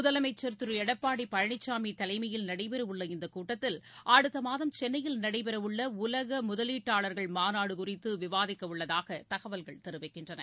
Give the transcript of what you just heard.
முதலமைச்சர் திரு எடப்பாடி பழனிசாமி தலைமையில் நடைபெறவுள்ள இந்தக் கூட்டத்தில் அடுத்த மாதம் சென்னையில் நடைபெறவுள்ள உலக முதலீட்டாளர்கள் மாநாடு குறித்து விவாதிக்கவுள்ளதாக தகவல்கள் தெரிவிக்கின்றன